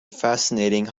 fascinating